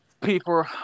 People